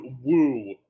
woo